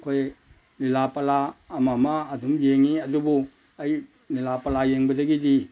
ꯑꯩꯈꯣꯏ ꯂꯤꯂꯥ ꯄꯂꯥ ꯑꯃ ꯑꯃ ꯑꯗꯨꯝ ꯌꯦꯡꯉꯤ ꯑꯗꯨꯕꯨ ꯑꯩ ꯂꯤꯂꯥ ꯄꯂꯥ ꯌꯦꯡꯕꯗꯒꯤꯗꯤ